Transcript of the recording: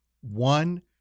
One